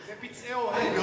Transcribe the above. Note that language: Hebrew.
זה פצעי אוהב.